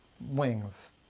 wings